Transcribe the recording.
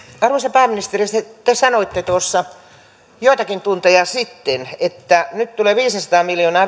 arvoisa pääministeri te sanoitte tuossa joitakin tunteja sitten että nyt tulee viisisataa miljoonaa